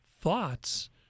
thoughts